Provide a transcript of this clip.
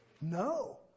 No